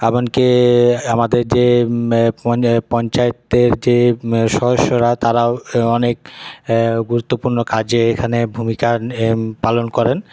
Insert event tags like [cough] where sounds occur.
এমনকি আমাদের যে [unintelligible] পঞ্চায়েতের যে সরসরা তারাও অনেক গুরুত্বপূর্ণ কাজে এখানে ভূমিকা পালন করেন